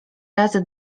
razy